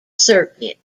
circuit